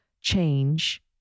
change